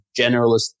generalist